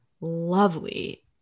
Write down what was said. lovely